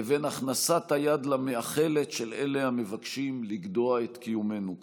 לבין הושטת היד למאכלת של אלה המבקשים לגדוע את קיומנו כאן.